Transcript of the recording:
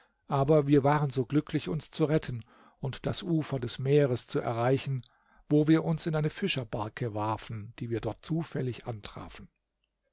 aber wir waren so glücklich uns zu retten und das ufer des meers zu erreichen wo wir uns in eine fischerbarke warfen die wir dort zufällig antrafen